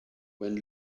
when